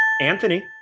Anthony